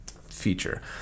feature